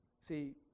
See